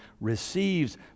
receives